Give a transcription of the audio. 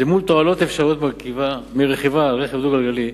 למול תועלות אפשריות מרכיבה על רכב דו-גלגלי,